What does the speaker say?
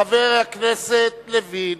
חבר הכנסת לוין.